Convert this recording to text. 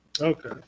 okay